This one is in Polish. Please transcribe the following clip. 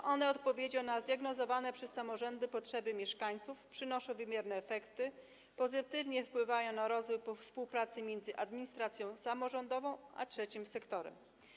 Są one odpowiedzią na zdiagnozowane przez samorządy potrzeby mieszkańców, przynoszą wymierne efekty, pozytywnie wpływają na rozwój współpracy między administracją samorządową a trzecim sektorem.